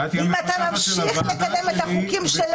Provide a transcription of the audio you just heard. כשאת תהיי המפקחת של הוועדה שלי -- אם אתה ממשיך לקדם את החוקים שלו,